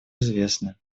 известны